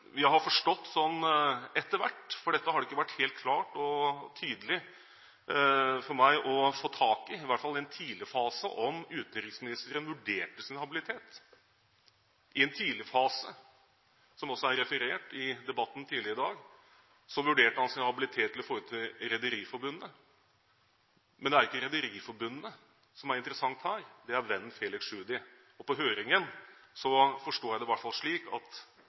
Vi har forstått det sånn etter hvert – for dette har det ikke vært helt klart og tydelig for meg å få tak i – at i hvert fall i en tidlig fase vurderte utenriksministeren sin habilitet. Som det også er referert i debatten tidligere i dag, vurderte han sin habilitet i forhold til rederiforbundene. Men det er ikke rederiforbundene som er interessante her, det er vennen Felix Tschudi. På høringen forsto jeg det i hvert fall slik at